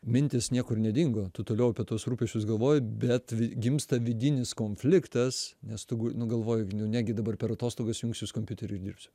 mintys niekur nedingo tu toliau apie tuos rūpesčius galvoju bet gimsta vidinis konfliktas nes tu nu galvoji negi dabar per atostogas jungsiuos kompiuteriu dirbsiu